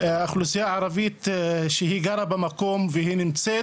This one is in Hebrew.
האוכלוסייה הערבית שהיא גרה במקום והיא נמצאת